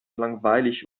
langweilig